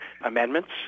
amendments